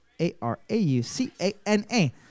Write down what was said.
A-R-A-U-C-A-N-A